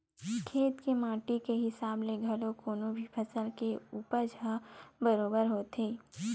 खेत के माटी के हिसाब ले घलो कोनो भी फसल के उपज ह बरोबर होथे